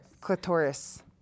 Clitoris